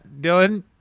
Dylan